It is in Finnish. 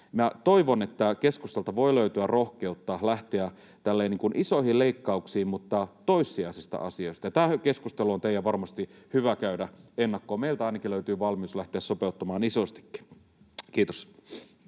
toivon, että keskustalta voi löytyä rohkeutta lähteä isoihin leikkauksiin, mutta toissijaisista asioista. Tämä keskustelu on teidän varmasti hyvä käydä ennakkoon. Meiltä ainakin löytyy valmius lähteä sopeuttamaan isostikin. — Kiitos.